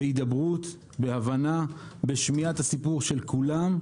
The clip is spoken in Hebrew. בהידברות, בהבנה, בשמיעת הסיפור של כולם,